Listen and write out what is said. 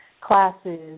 classes